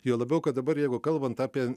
juo labiau kad dabar jeigu kalbant apie